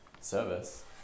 service